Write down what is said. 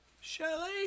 Shelly